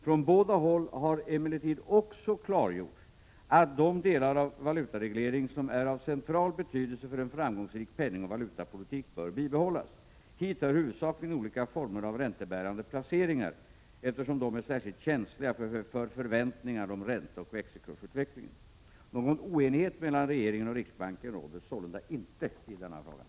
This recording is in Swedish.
Från båda håll har emellertid också klargjorts att de delar av valutaregleringen som är av central betydelse för en framgångsrik penningoch valutapolitik bör bibehållas. Hit hör huvudsakligen olika former av räntebärande placeringar, eftersom de är särskilt känsliga för förväntningar om ränteoch växelkursutvecklingen. Någon oenighet mellan regeringen och riksbanken råder sålunda inte i denna fråga.